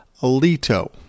Alito